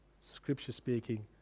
scripture-speaking